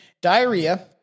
diarrhea